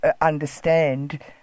understand